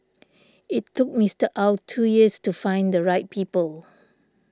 it took Mister Ow two years to find the right people